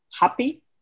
happy